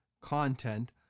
content